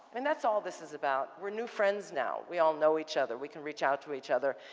i mean, that's all this is about. we're new friends now. we all know each other. we can reach out to each other.